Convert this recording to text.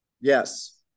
Yes